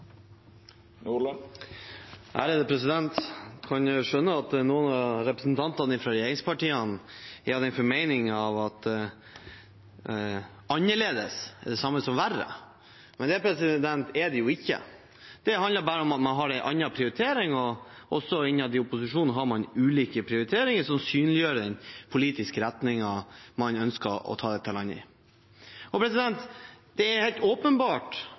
at noen av representantene fra regjeringspartiene er av den formening at annerledes er det samme som verre, men det er det jo ikke. Det handler bare om at man har en annen prioritering. Også innad i opposisjonen har man ulike prioriteringer, som synliggjør den politiske retningen man ønsker å ta dette landet i. Det er helt åpenbart